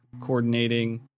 coordinating